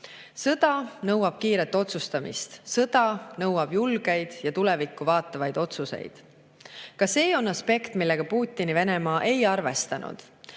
Sõda nõuab kiiret otsustamist, sõda nõuab julgeid ja tulevikku vaatavaid otsuseid. Ka see on aspekt, millega Putini Venemaa ei arvestanud.